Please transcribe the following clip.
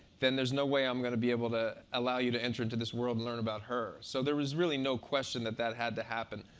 then there's no way i'm going to be able to allow you to enter into this world and learn about her. so there was really no question that that had to happen.